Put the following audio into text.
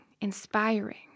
inspiring